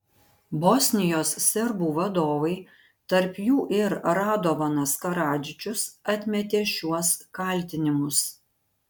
bosnijos serbų vadovai tarp jų ir radovanas karadžičius atmetė šiuos kaltinimus